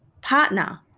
partner